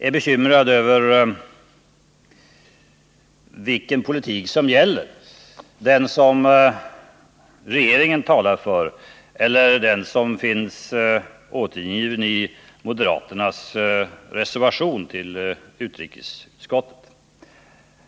Är det den politik som regeringen talar för eller den som finns återgiven i moderaternas reservation?